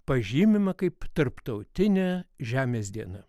pažymima kaip tarptautinė žemės diena